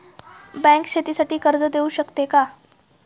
Bank शेतीसाठी कर्ज देऊ शकते का?